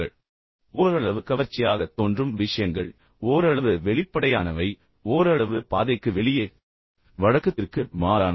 எனவே ஓரளவு கவர்ச்சியாகத் தோன்றும் விஷயங்கள் ஓரளவு வெளிப்படையானவை ஓரளவு பாதைக்கு வெளியே வழக்கத்திற்கு மாறானவை